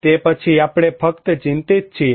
તે પછી આપણે ફક્ત ચિંતિત છીએ